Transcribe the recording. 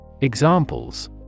Examples